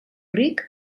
ric